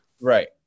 Right